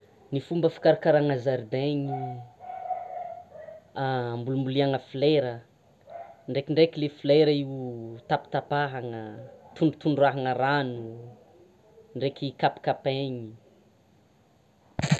Ny fomba fikarakarana zaridainy, ambolombolena folera, ndrekindreky le folera io tapatapahana tondratondrahana rano ndreky kapakapainy.